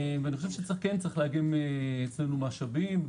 ואני חושב שכן צריך לעגם אצלנו משאבים.